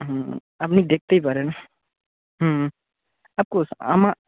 হুম আপনি দেখতেই পারেন হুম অফকোর্স আমার